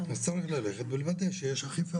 אז צריך לוודא שיש אכיפה.